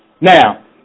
Now